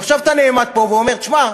ועכשיו אתה נעמד פה ואומר: שמע,